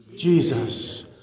Jesus